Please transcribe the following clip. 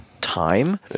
time